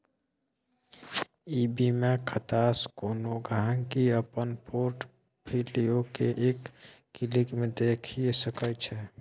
ई बीमा खातासँ कोनो गांहिकी अपन पोर्ट फोलियो केँ एक क्लिक मे देखि सकै छै